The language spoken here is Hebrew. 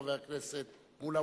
חבר הכנסת מולה,